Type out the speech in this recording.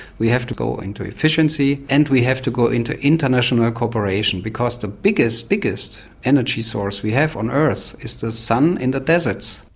we have go into efficiency and we have to go into international cooperation because the biggest, biggest energy source we have on earth is the sun in the deserts.